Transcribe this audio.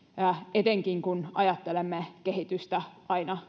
etenkin kun ajattelemme kehitystä aina